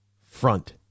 front